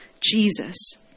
Jesus